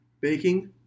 Baking